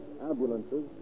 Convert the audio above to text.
ambulances